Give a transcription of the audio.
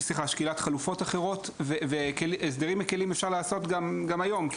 שקילת חלופות אחרות והסדרים מקלים אפשר לעשות גם היום.